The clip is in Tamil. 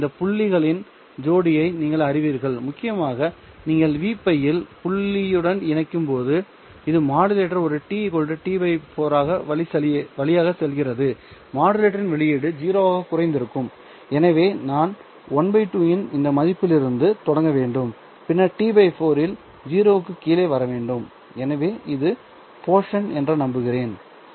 எனவே இந்த புள்ளிகளின் ஜோடியை நீங்கள் அறிவீர்கள் முக்கியமாக நீங்கள் Vπ இல் புள்ளியுடன் இணைக்கும்போது இது மாடுலேட்டர் ஒரு t T 4 வழியாகச் செல்கிறது மாடுலேட்டரின் வெளியீடு 0 ஆகக் குறைந்திருக்கும் எனவே நான் ½ இன் இந்த மதிப்பிலிருந்து தொடங்க வேண்டும் பின்னர் T 4 இல் 0 க்கு கீழே வர வேண்டும் எனவே இது போஷன் என்று நம்புகிறேன்